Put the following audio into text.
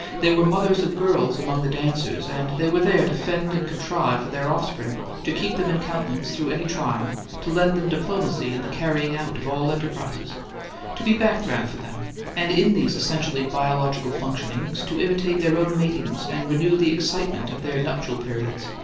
they were mothers of girls among the dancers, and they were there to fend and contrive for their offspring to keep them in countenance through any trial to lend them diplomacy in the carrying out of all enterprises to be background for them and in these essentially biological functionings to imitate their own matings and renew the excitement of their nuptial periods.